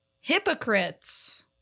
Hypocrites